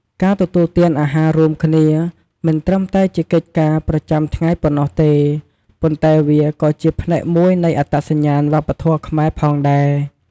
ការទទួលទានអាហាររួមគ្នា មិនត្រឹមតែជាកិច្ចការប្រចាំថ្ងៃប៉ុណ្ណោះទេ ប៉ុន្តែវាក៏ជា ផ្នែកមួយនៃអត្តសញ្ញាណវប្បធម៌ខ្មែរ ផងដែរ។